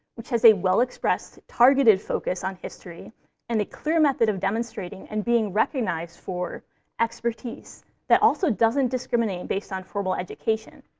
which has a well-expressed, targeted focus on history and a clear method of demonstrating and being recognized for expertise that also doesn't discriminate based on formal education.